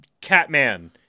Catman